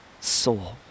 soul